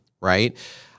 right